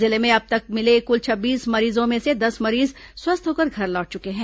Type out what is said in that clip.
जिले में अब तक मिले कुल छब्बीस मरीजों में से दस मरीज स्वस्थ होकर घर लौट चुके हैं